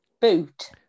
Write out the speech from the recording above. Boot